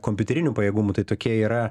kompiuterinių pajėgumų tai tokie yra